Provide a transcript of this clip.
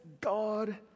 God